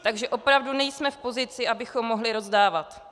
Takže opravdu nejsme v pozici, abychom mohli rozdávat.